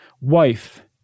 wife